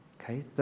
Okay